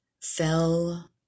fell